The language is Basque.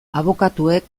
abokatuek